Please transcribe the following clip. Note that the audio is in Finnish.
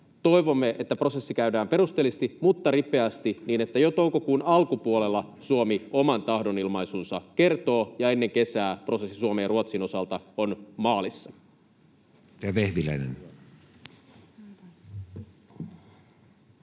Toivomme, että prosessi käydään perusteellisesti mutta ripeästi niin, että jo toukokuun alkupuolella Suomi oman tahdonilmaisunsa kertoo ja ennen kesää prosessi Suomen ja Ruotsin osalta on maalissa.